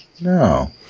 No